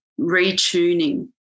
retuning